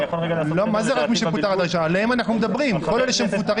מה זה רק מי שפוטר עד ה-1 במאי?